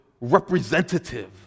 representative